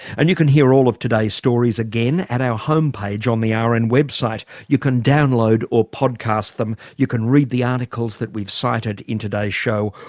and you can hear all of today's stories again at our homepage on the rn and website. you can download or podcast them, you can read the articles that we've cited in today's show,